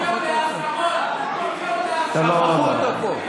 שכחו אותו פה.